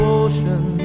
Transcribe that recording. ocean